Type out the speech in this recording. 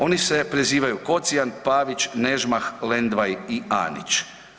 Oni se prezivaju Kocijan, Pavić, Nežmah, Lendvaj i Anić.